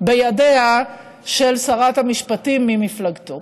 בידיה של שרת המשפטים ממפלגתו.